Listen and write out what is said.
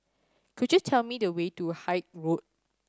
could you tell me the way to Haig Road